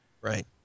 Right